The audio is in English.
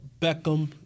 Beckham